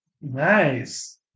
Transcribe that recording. Nice